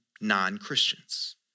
non-Christians